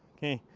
okay.